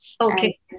Okay